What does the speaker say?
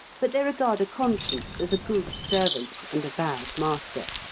but they regard a conscience as a good servant and a bad master.